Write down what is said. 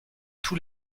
tous